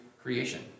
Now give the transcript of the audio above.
creation